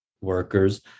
workers